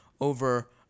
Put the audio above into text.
over